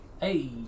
Hey